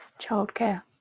Childcare